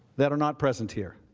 that are not present here.